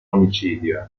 omicidio